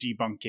debunking